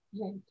Right